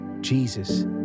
Jesus